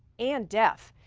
and death.